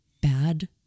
bad